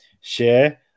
share